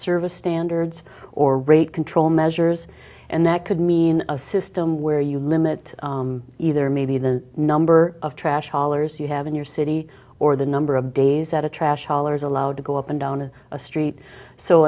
service standards or rate control measures and that could mean a system where you limit either maybe the number of trash dollars you have in your city or the number of days at a trash hauler is allowed to go up and down a street so